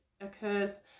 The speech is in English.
occurs